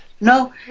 No